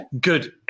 Good